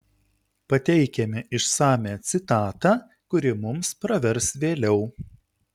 pateikiame išsamią citatą kuri mums pravers vėliau